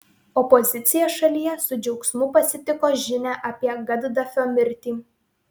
opozicija šalyje su džiaugsmu pasitiko žinią apie gaddafio mirtį